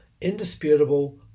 indisputable